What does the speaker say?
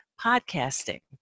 podcasting